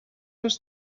els